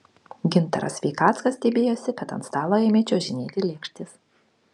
gintaras sveikackas stebėjosi kad ant stalo ėmė čiuožinėti lėkštės